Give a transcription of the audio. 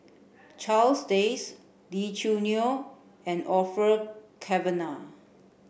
Charles Dyce Lee Choo Neo and Orfeur Cavenagh